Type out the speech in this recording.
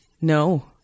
No